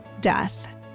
death